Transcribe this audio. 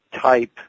type